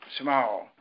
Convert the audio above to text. Small